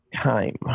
time